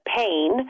pain